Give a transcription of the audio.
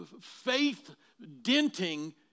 faith-denting